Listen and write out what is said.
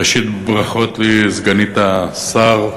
ראשית, ברכות לסגנית השר.